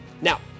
Now